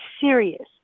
serious